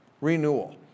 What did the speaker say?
renewal